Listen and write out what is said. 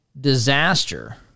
disaster